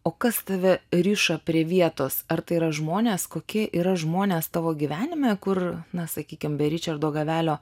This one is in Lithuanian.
o kas tave riša prie vietos ar tai yra žmonės kokie yra žmonės tavo gyvenime kur na sakykim be ričardo gavelio